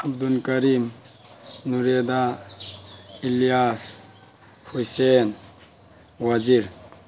ꯑꯕꯗꯨꯟ ꯀꯔꯤꯝ ꯅꯨꯔꯦꯗꯥ ꯏꯂꯤꯌꯥꯁ ꯍꯨꯏꯁꯦ ꯋꯥꯖꯤꯔ